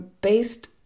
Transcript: based